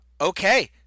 Okay